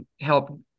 help